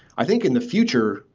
i think, in the future,